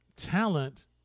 talent